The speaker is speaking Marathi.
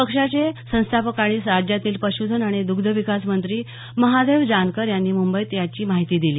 पक्षाचे संस्धापक आणि राज्यातील पशूधन आणि दग्धविकास मंत्री महादेव जानकर यांनी मुंबईत याची माहिती दिली